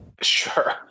Sure